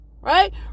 Right